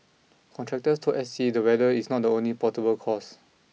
contractors told S T the weather is not the only portable cause